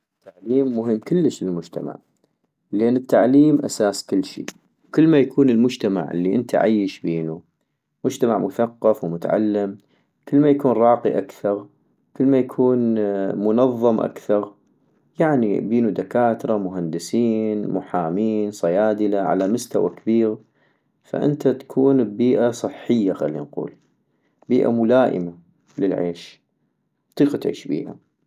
التعليم مهم كلش للمجتمع - لان التعليم اساس كلشي ، وكلمايكون المجتمع الي انت عيش بينو مجتمع مثقف ومتعلم كلما يكون راقي اكثغ ، كلما يكون منظم اكثغ ، يعني بينو دكاتره مهندسين محامين صيادلة على مستوى كبيغ فانت تكون ابيئة صحية خلي نقول ، بيئة ملائمة للعيش، اطيق لتعيش بيها